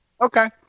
Okay